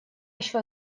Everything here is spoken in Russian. еще